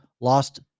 lost